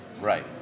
Right